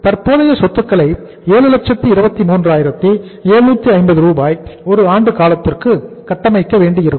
தற்போதைய சொத்துக்களை 723750 ரூபாய் 1 ஆண்டு காலத்திற்குள் கட்டமைக்க வேண்டியிருக்கும்